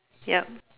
ya